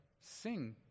sing